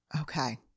Okay